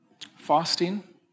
fasting